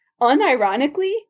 unironically